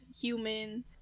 human